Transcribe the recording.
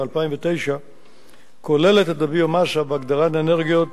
2009 כוללת את הביו-מאסה בהגדרת האנרגיות